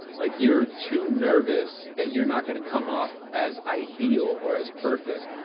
like, you're too nervous that you're not going to come off as ideal or as perfect.